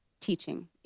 teaching